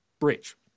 bridge